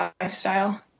lifestyle